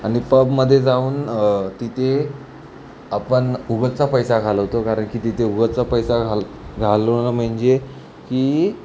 आणि पबमध्ये जाऊन तिथे आपण उगाचच पैसा घालवतो कारण की तिथे उगाचच पैसा घाल घालवणं म्हणजे की